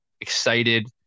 excited